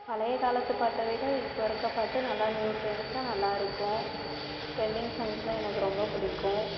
பழைய காலத்துப் பாட்டைவிட இப்போ இருக்கற பாட்டு நல்லா நியூ ட்ரெண்ட்ஸாக நல்லா இருக்கும் ட்ரெண்டிங் சாங்க்ஸ்லாம் எனக்கு ரொம்ப பிடிக்கும்